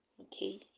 okay